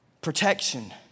Protection